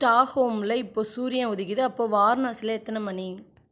ஸ்டாக்ஹோம்மில் இப்போ சூரியன் உதிக்குது அப்போ வாரணாசியில எத்தனை மணி